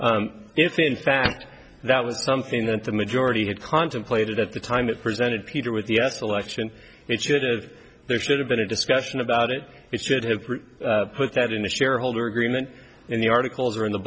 shares if in fact that was something that the majority had contemplated at the time it presented peter with the u s election and should've there should have been a discussion about it and should have put that in the shareholder agreement and the articles are in the